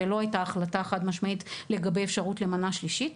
הם קיבלו שתי מנות ולא הייתה החלטה חד משמעית לגבי אפשרות למנה שלישית.